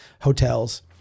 hotels